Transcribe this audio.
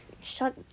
shut